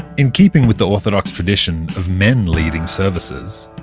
in keeping with the orthodox tradition of men leading services,